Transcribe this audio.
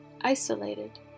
isolated